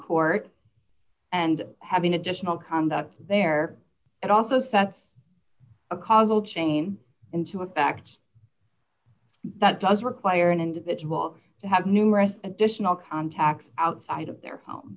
court and having additional conduct there it also sets a causal chain into effect that does require an individual to have numerous additional contacts outside of their home